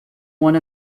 one